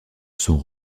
sont